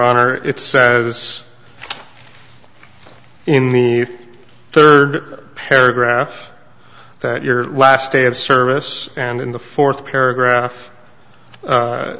honor it says in me third paragraph that your last day of service and in the fourth paragraph